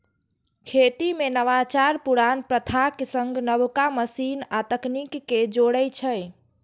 खेती मे नवाचार पुरान प्रथाक संग नबका मशीन आ तकनीक कें जोड़ै छै